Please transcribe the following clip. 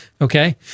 okay